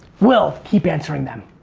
we'll keep answering them.